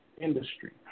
industry